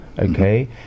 Okay